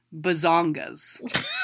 bazongas